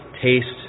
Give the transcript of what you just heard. taste